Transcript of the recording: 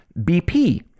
BP